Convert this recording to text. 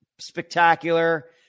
spectacular